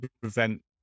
prevent